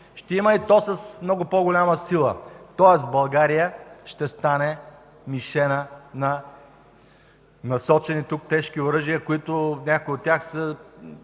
Ще има и то с много по-голяма сила. Тоест България ще стане мишена на насочени тук тежки оръжия, някои от които